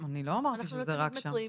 אני לא אמרתי שזה רק שם.